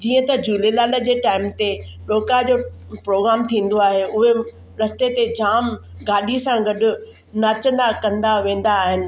जीअं त झूलेलाल जे टाइम ते रोका जो प्रोग्राम थींदो आहे उहे रस्ते ते जाम गाॾी सां गॾु नचंदा कंदा वेंदा आहिनि